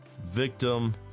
victim